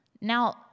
Now